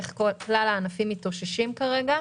איך כלל הענפים מתאוששים כרגע,